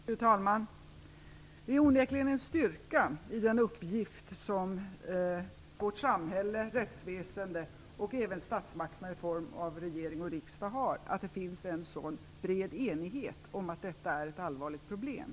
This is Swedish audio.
Fru talman! Det är onekligen en styrka i den uppgift som vårt samhälle, rättsväsende och även statsmakterna i form av regering och riksdag har att det finns en så bred enighet om att det är ett allvarligt problem.